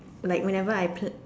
like whenever I plan